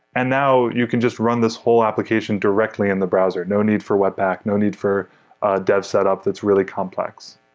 and now you can just run this whole application directly in the browser. no need for webback. no need for a dev set up that's really complex.